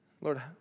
Lord